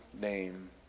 name